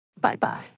Bye-bye